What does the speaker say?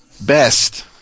best